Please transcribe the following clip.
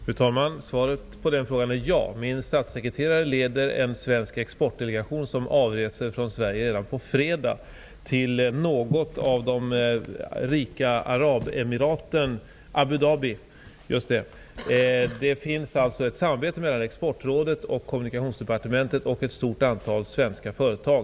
Fru talman! Svaret på den frågan är ja. Min statssekreterare leder en svensk exportdelegation som avreser från Sverige redan på fredag till arabemiratet Abu Dhabi. Det finns alltså ett samarbete mellan Exportrådet, Kommunikationsdepartementet och ett stort antal svenska företag.